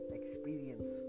experience